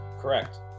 correct